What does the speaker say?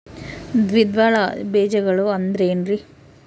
ದ್ವಿದಳ ಬೇಜಗಳು ಅಂದರೇನ್ರಿ?